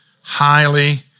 highly